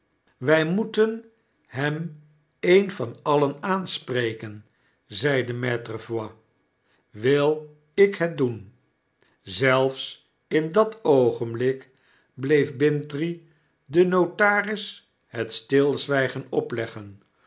wii moeten hem een van alien aanspreken zeide maitre voigt wil ik het doen zelfs in dat oogenblik bleef bintrey den notaris het stilzwygen opleggen